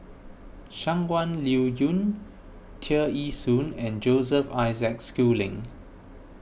Shangguan Liuyun Tear Ee Soon and Joseph Isaac Schooling